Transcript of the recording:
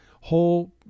whole